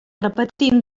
repetint